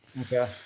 Okay